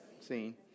seen